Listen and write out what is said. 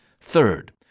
Third